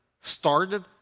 started